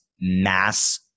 mass